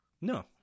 No